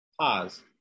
pause